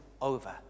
over